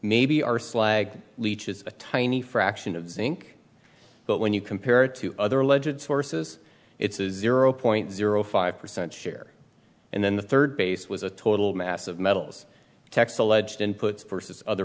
maybe are slag leeches a tiny fraction of zinc but when you compare it to other legit sources it's a zero point zero five percent share and then the third base was a total mass of metals techs alleged inputs versus other